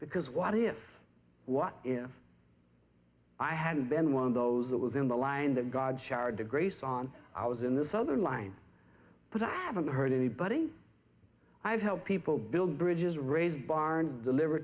because what if if what i hadn't been one of those that was in the line that god shared to grace on i was in this other line but i haven't heard anybody i've helped people build bridges raised barn deliver